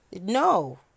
No